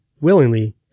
willingly